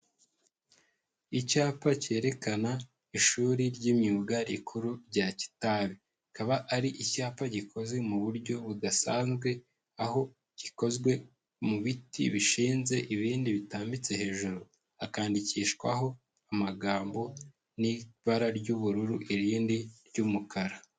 Icyapa cyerekana ishuri ry'imyuga rikuru rya Kitabi, kikaba ari icyapa gikoze mu buryo budasanzwe, aho gikozwe mu biti bishinze ibindi bitambitse hejuru, hakandikishwaho amagambo n'ibara ry'ubururu irindi ry'umukara.